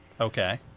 Okay